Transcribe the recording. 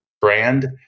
brand